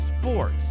sports